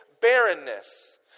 barrenness